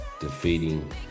defeating